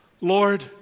Lord